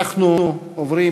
אנחנו עוברים,